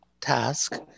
task